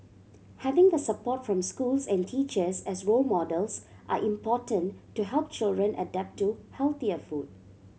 having the support from schools and teachers as role models are important to help children adapt to healthier food